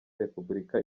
repubulika